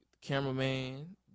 cameraman